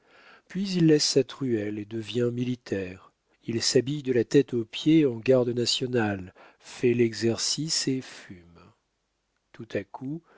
puis il laisse sa truelle et devient militaire il s'habille de la tête aux pieds en garde national fait l'exercice et fume tout à coup